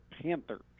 Panthers